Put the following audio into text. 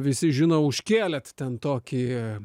visi žino užkėlėt ten tokį